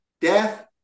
death